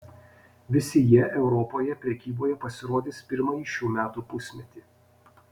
visi jie europoje prekyboje pasirodys pirmąjį šių metų pusmetį